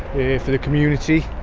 for the community.